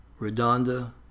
Redonda